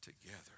together